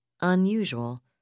unusual